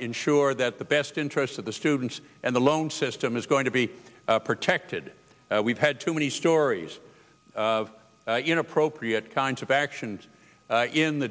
ensure that the best interest of the students and the loan system is going to be protected we've had too many stories of inappropriate kinds of actions in the